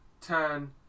turn